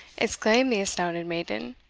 exclaimed the astounded maiden.